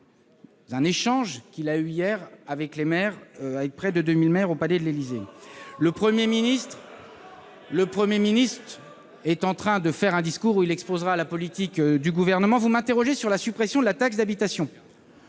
un échange qu'il a eu hier avec près de 2 000 maires au Palais de l'Élysée. Un « échange »? Le Premier ministre est en train de faire un discours où il exposera la politique du Gouvernement. Vous m'interrogez sur la suppression de la taxe d'habitation.